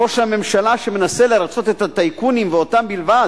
ראש הממשלה שמנסה לרצות את הטייקונים, ואותם בלבד,